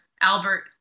Albert